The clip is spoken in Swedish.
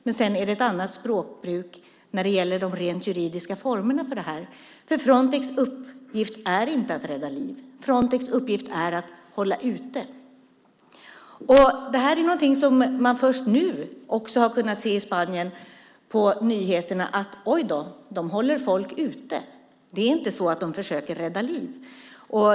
Men sedan är det ett annat språkbruk när det gäller de rent juridiska formerna för det här, för Frontex uppgift är inte att rädda liv. Frontex uppgift är att hålla ute. Det här är någonting som man först nu har kunnat se på nyheterna också i Spanien. Man känner: Oj då, de håller folk ute. Det är inte så att de försöker rädda liv.